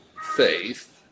faith